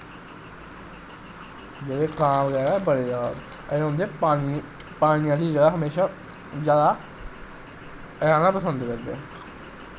जेह्ड़े कां बगैरा बड़े जैदा एह् रौंह्दे पानी आह्ली जगाह् हमोशा जैदा रैह्ना पसंद करदे